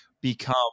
become